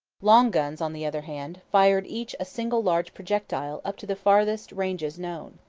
long guns, on the other hand, fired each a single large projectile up to the farthest ranges known.